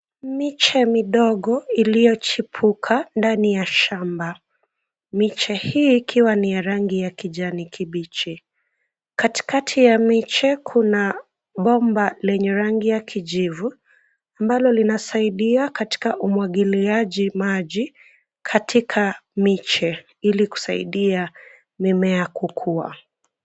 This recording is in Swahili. Miche midogo, iliyochimbuka ndani ya shamba, miche hii ikiwa ni ya rangi ya kijani kibichi, katikati ya miche, kuna bomba lenye rangi ya kijivu, ambalo linasaidia katika umwangiliaji maji, katika miche, hili kusaidia mimea kukua.